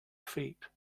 feet